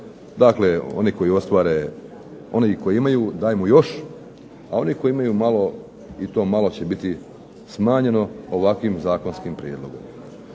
Dakle, oni koji ostvare oni koji imaju daj mu još, a oni koji imaju malo i to malo će biti smanjeno ovakvim zakonskim prijedlogom.